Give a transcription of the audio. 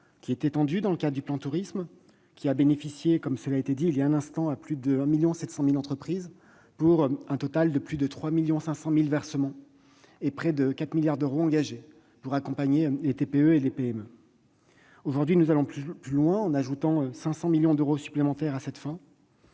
étendu dans le cadre du plan Tourisme, qui a profité à plus de 1,7 million d'entreprises pour un total de plus de 3,5 millions de versements, soit près de 4 milliards d'euros engagés pour accompagner les TPE et les PME. Aujourd'hui, nous allons plus loin en injectant 500 millions d'euros supplémentaires à cette fin.